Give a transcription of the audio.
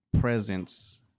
presence